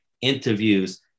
interviews